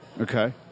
Okay